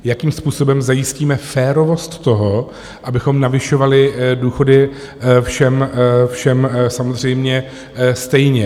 Jakým způsobem zajistíme férovost toho, abychom navyšovali důchody všem samozřejmě stejně?